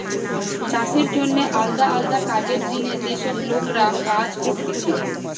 চাষের জন্যে আলদা আলদা কাজের জিনে যে সব লোকরা কাজ করতিছে